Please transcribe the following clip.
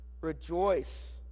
Rejoice